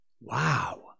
Wow